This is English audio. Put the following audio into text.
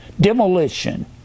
demolition